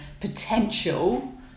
potential